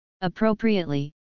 appropriately